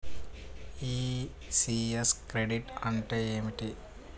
ECS credit అంటే ఏమిటి?